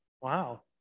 Wow